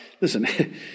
listen